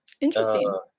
Interesting